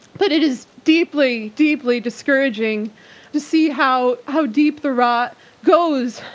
but it is deeply, deeply discouraging to see how how deep the rot goes,